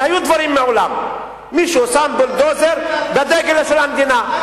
והיו דברים מעולם: מישהו שם בולדוזר בדגל של המדינה,